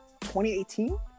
2018